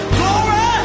glory